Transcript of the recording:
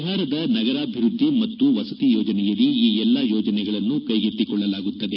ಬಿಹಾರದ ನಗರಾಭಿವೃದ್ಧಿ ಮತ್ತು ವಸತಿ ಯೋಜನೆಯಡಿ ಈ ಎಲ್ಲಾ ಯೋಜನೆಗಳನ್ನು ಕೈಗೆತ್ತಿಕೊಳ್ಳಲಾಗುತ್ತದೆ